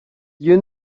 you